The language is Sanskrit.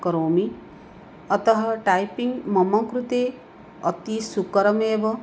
करोमि अतः टैपिङ्ग् मम कृते अति सुकरमेव